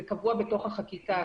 זה קבוע בתוך החקיקה,